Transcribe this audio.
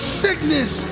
sickness